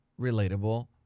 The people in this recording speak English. relatable